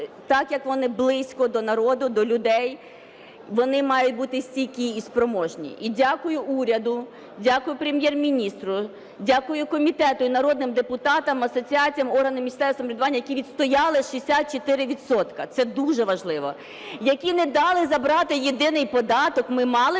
так як вони близько до народу, до людей, вони мають бути стійкі і спроможні. І дякую уряду, дякую Прем'єр-міністру, дякую комітету і народним депутатам, асоціаціям, органам місцевого самоврядування, які відстояли 64 відсотки, це дуже важливо, які не дали забрати єдиний податок, ми мали таке,